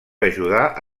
ajudar